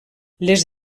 les